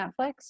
Netflix